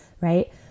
right